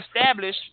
establish